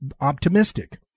optimistic